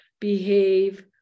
behave